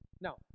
Now